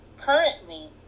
currently